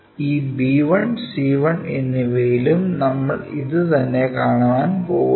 ഈ b1 c1 എന്നിവയിലും നമ്മൾ ഇതുതന്നെ കാണാൻ പോകുന്നു